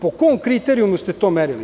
Po kom kriterijumu ste to merili?